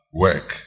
work